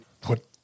put